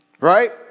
right